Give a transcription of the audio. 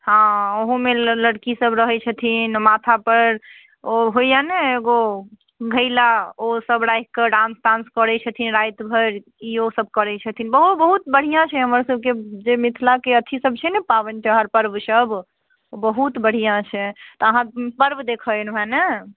हँ ओहूमे लऽ लड़की सभ रहैत छथिन माथा पर ओ होइए ने एगो घैला ओ सभ राखि कऽ डाँस ताँस करैत छथिन राति भरि ई ओ सभ करैत छथिन बहु बहुत बढ़िआँ छै हमर सभकेँ जे मिथिलाके अथी सभ छै ने पाबनि तिहार पर्व सभ ओ बहुत बढ़िआँ छै तऽ अहाँ पर्व देखऽ एलहुँ हँ ने